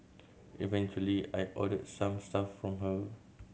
eventually I ordered some stuff from her